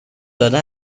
داده